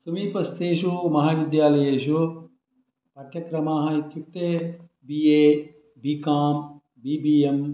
समीपस्थेषु महाविद्यालयेषु पाठ्यक्रमाः इत्युक्ते B A B com B B M